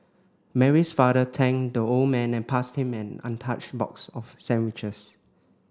Mary's father thanked the old man and passed him an untouched box of sandwiches